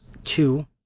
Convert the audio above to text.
Two